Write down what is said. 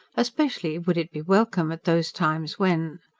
especially would it be welcome at those times when.